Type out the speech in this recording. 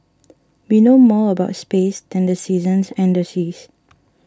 we know more about space than the seasons and the seas